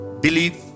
believe